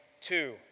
two